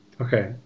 Okay